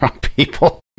people